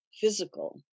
physical